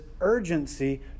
urgency